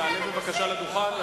תעלה בבקשה לדוכן,